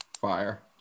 Fire